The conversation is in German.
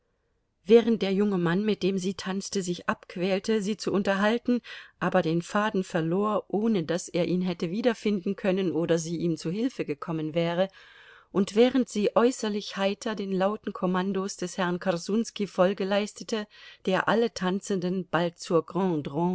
während der junge mann mit dem sie tanzte sich abquälte sie zu unterhalten aber den faden verlor ohne daß er ihn hätte wiederfinden können oder sie ihm zu hilfe gekommen wäre und während sie äußerlich heiter den lauten kommandos des herrn korsunski folge leistete der alle tanzenden bald zur grande